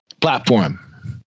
platform